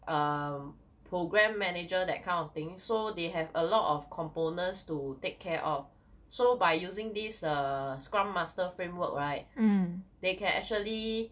um program manager that kind of thing so they have a lot of components to take care of so by using these err scrum master framework right they can actually